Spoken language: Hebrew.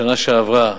בשנה שעברה,